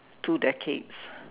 two decades